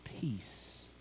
peace